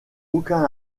aucun